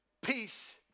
peace